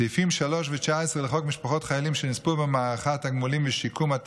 סעיפים 3 ו-19 לחוק משפחות חיילים שנספו במערכה (תגמולים ושיקום),